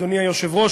אדוני היושב-ראש,